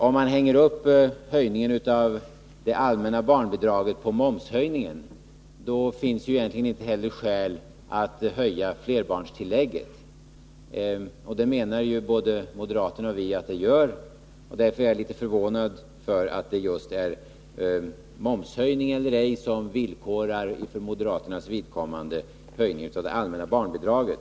Om man hänger upp höjningen av det allmänna barnbidraget på momshöjningen, då finns det ju egentligen heller inte skäl att höja flerbarnstillägget. Men både moderaterna och vi anser att det finns skäl att höja det. Därför är jag litet förvånad över att det just är frågan om momshöjning eller ej som för moderaternas vidkommande villkorar höjningen av det allmänna barnbidraget.